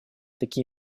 такие